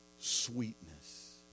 sweetness